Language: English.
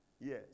Yes